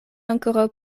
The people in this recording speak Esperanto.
ankoraŭ